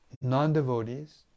non-devotees